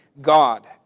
God